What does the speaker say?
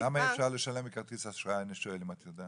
למה אי אפשר לשלם בכרטיס אשראי אני שואל אם את יודעת?